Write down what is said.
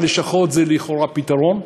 הלשכות הן לכאורה פתרון.